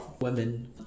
women